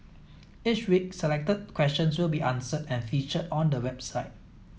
each week selected questions will be answered and featured on the website